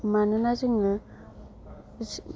मानोना जोङो